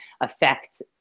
affect